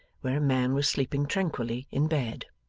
where a man was sleeping tranquilly in bed.